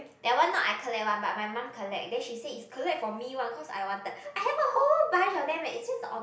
that one not I collect one but my mum collect then she said is collect for me one cause I wanted I have a whole bunch of them eh it's just on